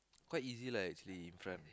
quite easy lah actually in front